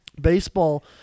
Baseball